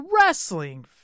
Wrestling